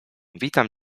witam